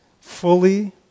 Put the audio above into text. fully